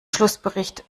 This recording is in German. schlussbericht